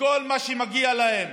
בכל מה שמגיע להם